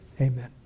amen